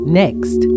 next